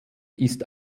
ist